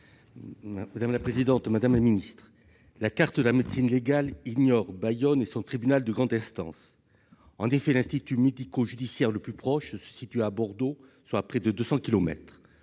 de la justice. Madame la ministre, la carte de la médecine légale ignore Bayonne et son tribunal de grande instance. En effet, l'institut médico-judiciaire le plus proche se situe à Bordeaux, soit à près de deux